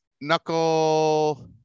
knuckle